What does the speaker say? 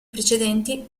precedenti